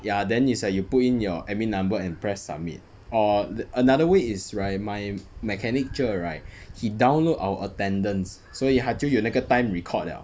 ya then is like you put in your admin number and press submit or th~ another way is right my mechanic cher right he download our attendance 所以他就有那个 time record liao